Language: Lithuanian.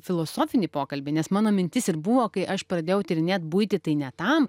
filosofinį pokalbį nes mano mintis ir buvo kai aš pradėjau tyrinėti buitį tai ne tam